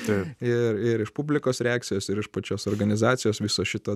tai ir ir iš publikos reakcijos ir iš pačios organizacijos viso šito